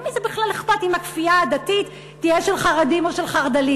למי זה בכלל אכפת אם הכפייה הדתית תהיה של חרדים או של חרד"לים?